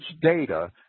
data